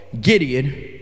Gideon